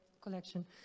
collection